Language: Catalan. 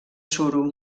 suro